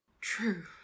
true